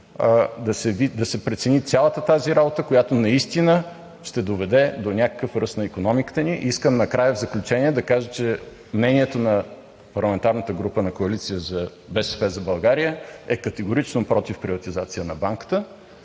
да се прецени цялата тази работа, която наистина ще доведе до някакъв ръст на икономиката ни. Искам накрая, в заключение, да кажа, че мнението на парламентарната група на коалиция „БСП за България“ е категорично против приватизация на Банката.